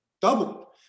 Double